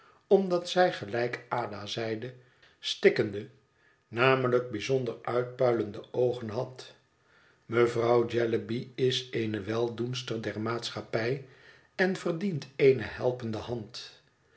omdat zij gelijk ada zeide stikkende namelijk bijzonder uitpuilende oogen had mevrouw jellyby is eene weldoenster der maatschappij en verdient eene helpende hand